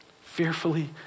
Fearfully